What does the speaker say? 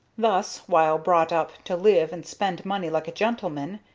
thus, while brought up to live and spend money like a gentleman,